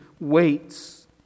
waits